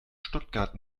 stuttgart